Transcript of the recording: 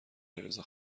علیرضا